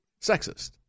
sexist